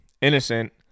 innocent